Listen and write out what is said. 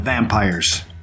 Vampires